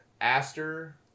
Aster